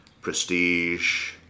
Prestige